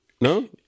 No